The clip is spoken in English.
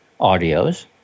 audios